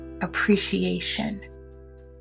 appreciation